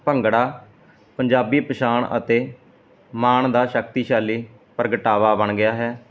ਭੰਗੜਾ ਪੰਜਾਬੀ ਪਹਿਛਾਣ ਅਤੇ ਮਾਣ ਦਾ ਸ਼ਕਤੀਸ਼ਾਲੀ ਪ੍ਰਗਟਾਵਾ ਬਣ ਗਿਆ ਹੈ